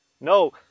No